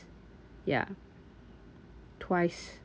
ya twice